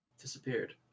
Disappeared